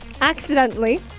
accidentally